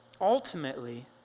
Ultimately